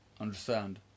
understand